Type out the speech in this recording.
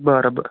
बरं बर